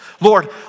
Lord